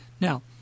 Now